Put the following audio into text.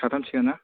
साथामसो ना